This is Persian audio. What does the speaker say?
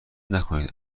نکنید